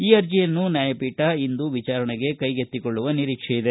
ಈ ಅರ್ಜೆಯನ್ನು ನ್ಯಾಯಪೀಠ ಇಂದು ವಿಚಾರಣೆಗೆ ಕೈಗಿತ್ತಿಕೊಳ್ಳುವ ನಿರೀಕ್ಷೆ ಇದೆ